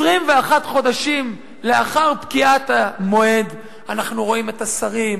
21 חודשים לאחר פקיעת המועד אנחנו רואים את השרים,